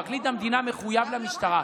פרקליט המדינה מחויב למשטרה.